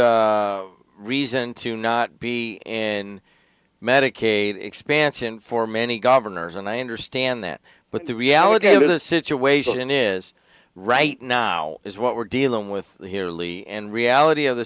good reason to not be in medicaid expansion for many governors and i understand that but the reality of the situation is right now is what we're dealing with here leigh and reality of the